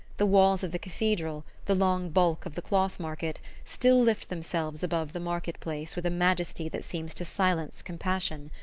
the walls of the cathedral, the long bulk of the cloth market, still lift themselves above the market place with a majesty that seems to silence compassion.